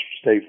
stay